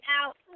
out